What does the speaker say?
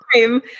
time